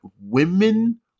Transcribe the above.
women